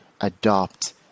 adopt